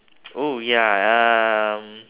oh ya um